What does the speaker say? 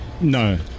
No